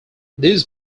this